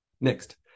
Next